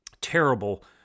Terrible